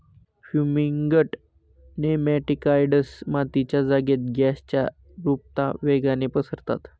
fumigant nematicides मातीच्या जागेत गॅसच्या रुपता वेगाने पसरतात